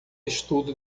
estudo